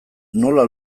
nola